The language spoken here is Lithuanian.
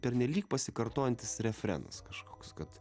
pernelyg pasikartojantis refrenas kažkoks kad